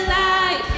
life